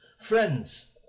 friends